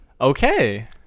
Okay